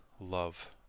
love